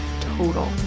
total